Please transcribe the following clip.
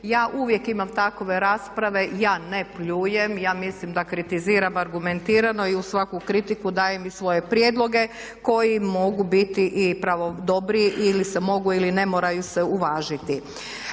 Ja uvijek imam takve rasprave, ja ne pljujem, ja mislim da kritiziram argumentirano i uz svaku kritiku dajem i svoje prijedloge koji mogu biti i dobri ili se mogu ili ne moraju se uvažiti.